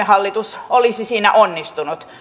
hallitus olisi siinä onnistunut